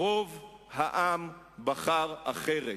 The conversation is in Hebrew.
רוב העם בחר אחרת.